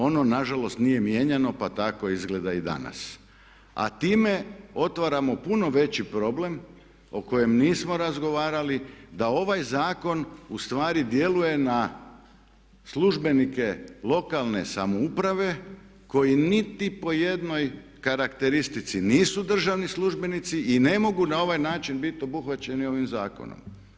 Ono na žalost nije mijenjano, pa tako izgleda i danas, a time otvaramo puno veći problem o kojem nismo razgovarali, da ovaj zakon u stvari djeluje na službenike lokalne samouprave koji niti po jednoj karakteristici nisu državni službenici i ne mogu na ovaj način bit obuhvaćeni ovim zakonom.